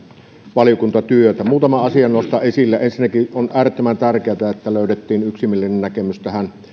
valiokuntatyötä muutaman asian nostan esille ensinnäkin on äärettömän tärkeätä että löydettiin yksimielinen näkemys